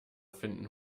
finden